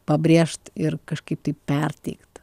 pabrėžt ir kažkaip tai perteikt